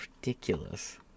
ridiculous